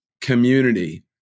community